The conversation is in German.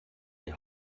die